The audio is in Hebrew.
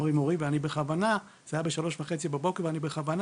זה היה ב-3:30 לפנות בוקר ואני בכוונה